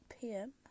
pm